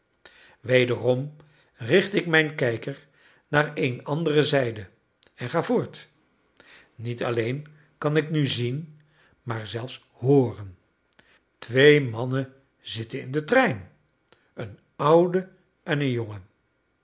wederom richt ik mijn kijker naar een andere zijde en ga voort niet alleen kan ik nu zien maar zelfs hooren twee mannen zitten in den trein een oude en een jonge